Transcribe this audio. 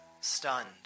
stunned